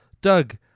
Doug